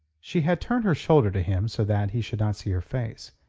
she had turned her shoulder to him so that he should not see her face.